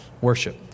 Worship